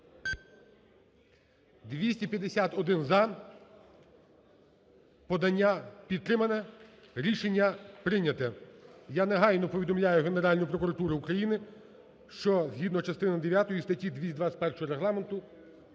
За-251 Подання підтримано, рішення прийнято. Я негайно повідомляю Генеральну прокуратуру України, що згідно частини дев'ятої статті 221 Регламенту